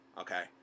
okay